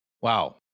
Wow